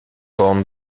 borne